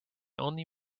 only